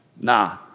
Nah